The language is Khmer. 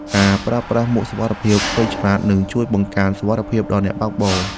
ការប្រើប្រាស់មួកសុវត្ថិភាពវៃឆ្លាត នឹងជួយបង្កើនសុវត្ថិភាពដល់អ្នកបើកបរ។